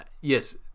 yes